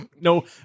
No